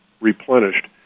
replenished